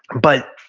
but,